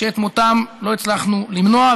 שאת מותם לא הצלחנו למנוע.